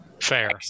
fair